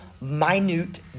minute